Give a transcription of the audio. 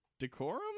Decorum